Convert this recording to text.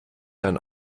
dann